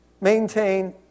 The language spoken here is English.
Maintain